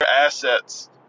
assets